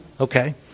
Okay